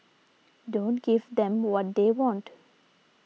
don't give them what they want